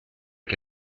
che